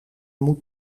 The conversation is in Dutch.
moet